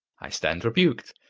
i stand rebuked.